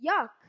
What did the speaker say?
Yuck